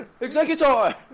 executor